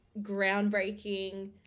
groundbreaking